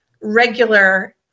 regular